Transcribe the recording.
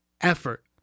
effort